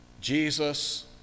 Jesus